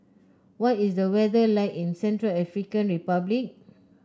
what is the weather like in Central African Republic